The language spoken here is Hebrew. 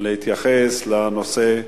להתייחס לנושא,